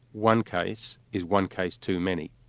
one case is one case too many,